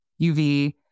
UV